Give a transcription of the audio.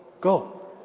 Go